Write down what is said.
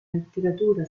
letteratura